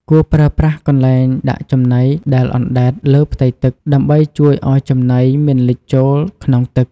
គួរប្រើប្រាស់កន្លែងដាក់ចំណីដែលអណ្ដែតលើផ្ទៃទឹកដើម្បីជួយឲ្យចំណីមិនលិចចូលក្នុងទឹក។